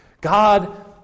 God